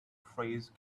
phrase